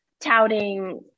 touting